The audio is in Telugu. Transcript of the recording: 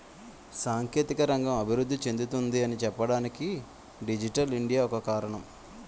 సాంకేతిక రంగం అభివృద్ధి చెందుతుంది అని చెప్పడానికి డిజిటల్ ఇండియా ఒక కారణం